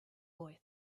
boy